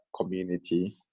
community